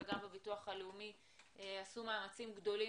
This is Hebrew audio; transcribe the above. וגם בביטוח הלאומי עשו מאמצים גדולים